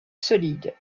solide